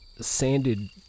sanded